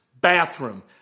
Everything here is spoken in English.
bathroom